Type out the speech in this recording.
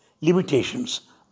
limitations